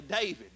David